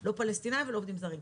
לא פלסטינים ולא עובדים זרים.